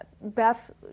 Beth